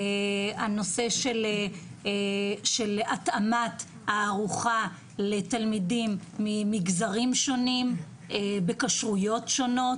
הנושא של התאמת הארוחה לתלמידים ממגזרים שונים בכשרויות שונות.